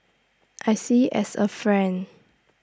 I see as A friend